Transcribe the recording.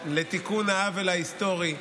לתיקון העוול ההיסטורי.